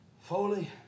Foley